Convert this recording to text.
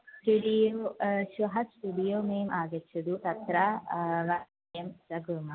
studio श्वः studio मेम् आगच्छतु तत्र वाक्यम् कुर्मः